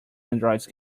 androids